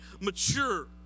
mature